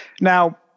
Now